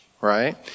right